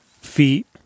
feet